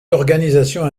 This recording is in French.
d’organisation